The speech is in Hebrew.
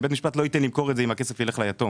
ובית משפט לא ייתן למכור את זה אם הכסף ילך ליתום.